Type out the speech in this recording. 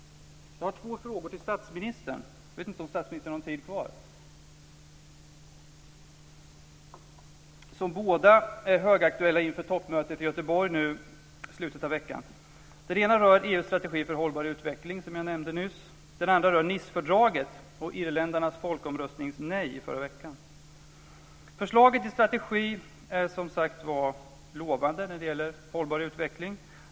Jag har några frågor till statsministern. De är högaktuella inför toppmötet i Göteborg nu i slutet av veckan. Den ena rör EU:s strategi för hållbar utveckling, som jag nämnde nyss. Den andra rör Nicefördraget och irländarnas folkomröstningsnej i förra veckan. Förslaget till strategi är som sagt var lovande när det gäller hållbar utveckling.